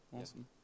Awesome